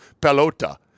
pelota